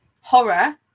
horror